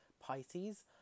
Pisces